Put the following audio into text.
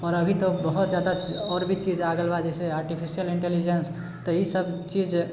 आओर अभी तो बहुत जादा आओर भी चीज आ गेल बा जैसे आर्टिफिशियल इन्टेलिजेन्स तऽ ई सभ चीज